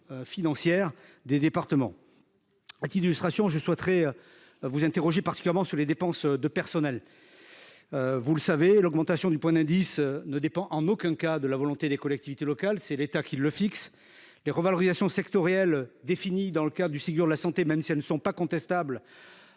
financière des départements. Je souhaite vous interroger tout particulièrement sur les dépenses de personnel. Chacun le sait, l’augmentation du point d’indice ne dépend en aucun cas de la volonté des collectivités locales ; c’est l’État qui la fixe. Les revalorisations sectorielles définies dans le cadre du Ségur de la santé, même si elles ne sont pas contestables,